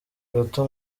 gato